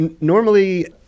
normally